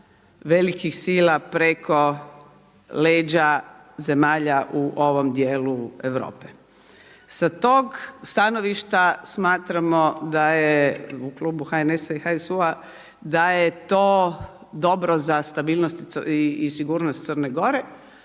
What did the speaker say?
velikih sila preko leđa zemalja u ovom dijelu Europe. Sa tog stanovišta smatramo da je u klubu HNS-a i HSU-a da je to dobro za stabilnost i sigurnost Crne Gore,